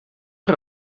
een